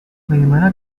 bagaimana